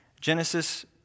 Genesis